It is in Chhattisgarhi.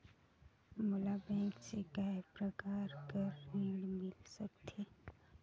मोला बैंक से काय प्रकार कर ऋण मिल सकथे?